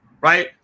right